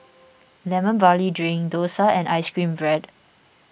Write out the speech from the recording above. Lemon Barley Drink Dosa and Ice Cream Bread